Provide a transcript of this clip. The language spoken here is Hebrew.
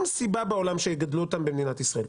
סיבה בעולם שיגדלו אותם במדינת ישראל,